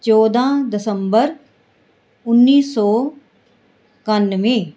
ਚੌਦਾਂ ਦਸੰਬਰ ਉੱਨੀ ਸੌ ਇਕਾਨਵੇਂ